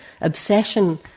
obsession